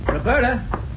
Roberta